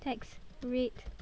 tax rate